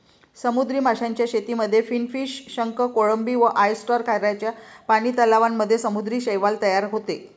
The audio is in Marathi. समुद्री माशांच्या शेतीमध्ये फिनफिश, शंख, कोळंबी व ऑयस्टर, खाऱ्या पानी तलावांमध्ये समुद्री शैवाल तयार होते